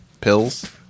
pills